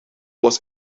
was